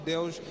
Deus